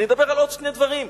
אני מדבר על עוד שני דברים,